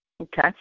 Okay